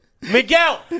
Miguel